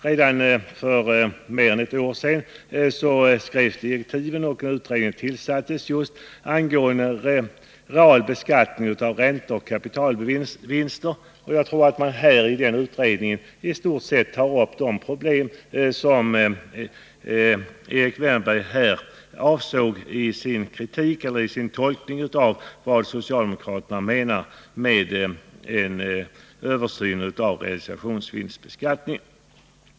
Redan för mer än ett år sedan skrevs direktiven, och en utredning tillsattes angående beskattning av räntor och kapitalvinster. Jag anser att man i den utredningen tar upp i stort sett de problem som Erik Wärnberg avsåg i sin tolkning av vad socialdemokraterna menar med en översyn av realisationsvinstbeskattningen.